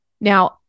Now